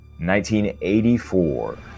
1984